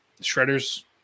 Shredder's